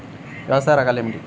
వ్యవసాయ రకాలు ఏమిటి?